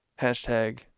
Hashtag